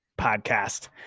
podcast